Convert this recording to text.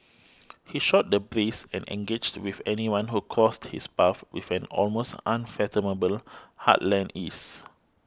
he shot the breeze and engaged with anyone who crossed his path with an almost unfathomable heartland ease